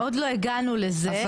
עוד לא הגענו לזה.